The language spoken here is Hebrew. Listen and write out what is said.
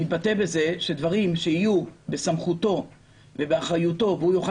מתבטא בזה שדברים שיהיו בסמכותו ובאחריותו והוא יוכל